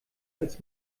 als